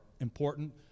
important